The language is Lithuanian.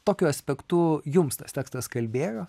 tokiu aspektu jums tas tekstas kalbėjo